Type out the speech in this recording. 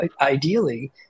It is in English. ideally